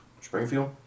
Springfield